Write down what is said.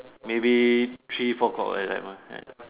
maybe three four o-clock like that one like